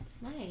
nice